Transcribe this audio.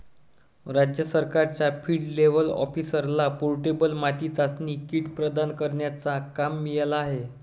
राज्य सरकारच्या field level ऑफिसरला पोर्टेबल माती चाचणी किट प्रदान करण्याचा काम मिळाला आहे